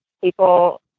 people